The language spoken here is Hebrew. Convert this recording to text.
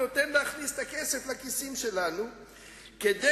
אבל אם תסתכל על חוסר ההכנסות שלנו מכיוון